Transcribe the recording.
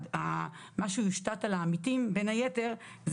בין היתר, שמה שהושת על העמיתים זה